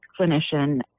clinician